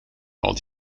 while